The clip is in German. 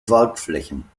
waldflächen